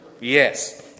Yes